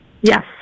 Yes